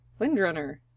Windrunner